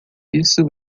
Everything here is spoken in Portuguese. isso